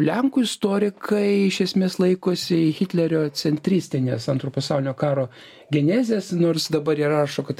lenkų istorikai iš esmės laikosi hitlerio centristinės antro pasaulinio karo genezės nors dabar ir rašo kad